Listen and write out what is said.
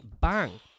bang